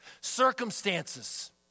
Circumstances